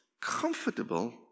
comfortable